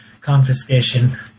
confiscation